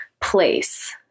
place